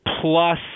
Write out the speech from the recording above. plus